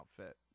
outfit